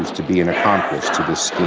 to be an accomplice to the scheme